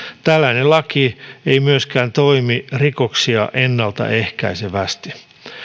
tällainen laki ei myöskään toimi rikoksia ennalta ehkäisevästi